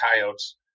coyotes